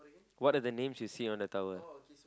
what are the names you see on the towel